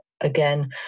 Again